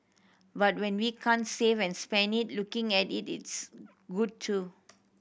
but when we can't save and spend it looking at it is good too